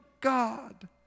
God